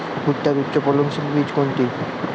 ভূট্টার উচ্চফলনশীল বীজ কোনটি?